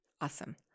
Awesome